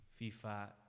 FIFA